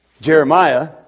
Jeremiah